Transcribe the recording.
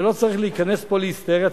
ולא צריך להיכנס פה להיסטריה,